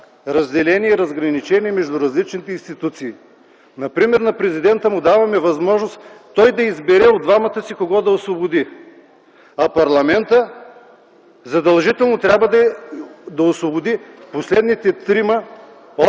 разделение, разграничение между различните институции. Например, на президента му даваме възможност той да избере от двамата си кого да освободи, а парламентът задължително трябва да освободи последните трима